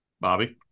Bobby